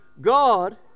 god